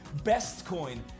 Bestcoin